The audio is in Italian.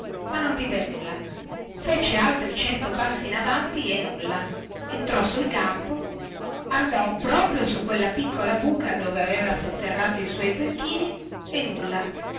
ma non vide nulla fece altri cento passi in avanti e nulla entrò sul campo andò proprio su quella piccola buca dove aveva sotterrato i suoi zecchini e nulla